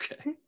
okay